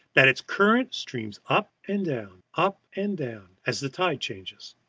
that its current streams up and down, up and down, as the tide changes.